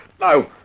No